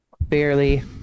barely